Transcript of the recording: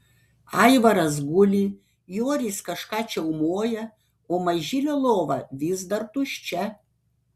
aivaras guli joris kažką čiaumoja o mažylio lova vis dar tuščia